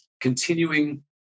continuing